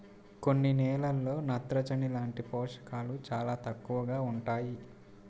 కొన్ని నేలల్లో నత్రజని లాంటి పోషకాలు చాలా తక్కువగా ఉంటాయి